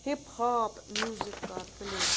hip hop music کر play